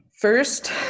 first